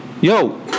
Yo